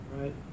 Right